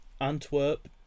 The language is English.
Antwerp